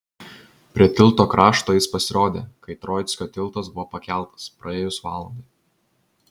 prie tilto krašto jis pasirodė kai troickio tiltas buvo pakeltas praėjus valandai